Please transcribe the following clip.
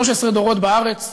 13 דורות בארץ,